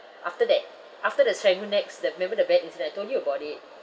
after that after the serangoon nex the remember the bad incident I told you about it